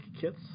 kits